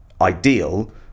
ideal